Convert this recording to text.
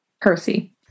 Percy